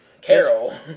Carol